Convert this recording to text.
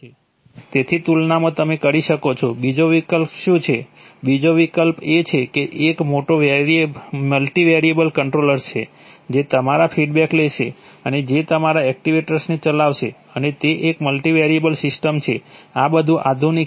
તેની તુલનામાં તમે કરી શકો છો બીજો વિકલ્પ શું છે બીજો વિકલ્પ એ છે કે એક મોટા મલ્ટિવેરિયેબલ કંટ્રોલર્સ છે જે તમામ ફીડબેક લેશે અને જે તમામ એક્ટિવેટર્સને ચલાવશે અને તે એક મલ્ટિવેરિયેબલ સિસ્ટમ છે આ વધુ આધુનિક છે